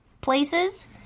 places